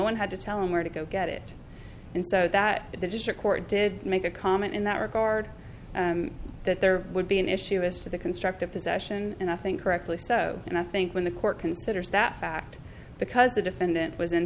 one had to tell him where to go get it and so that the district court did make a comment in that regard that there would be an issue as to the constructive possession and i think correctly so and i think when the court considers that fact because the defendant w